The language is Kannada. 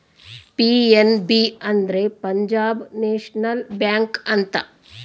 ಪಿ.ಎನ್.ಬಿ ಅಂದ್ರೆ ಪಂಜಾಬ್ ನೇಷನಲ್ ಬ್ಯಾಂಕ್ ಅಂತ